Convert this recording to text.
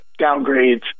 downgrades